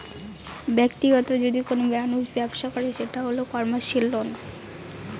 ব্যাক্তিগত যদি কোনো মানুষ ব্যবসা করে সেটা হল কমার্সিয়াল লোন